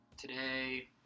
today